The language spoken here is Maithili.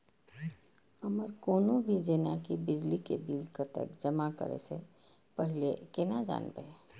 हमर कोनो भी जेना की बिजली के बिल कतैक जमा करे से पहीले केना जानबै?